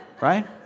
Right